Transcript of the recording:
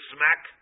Smack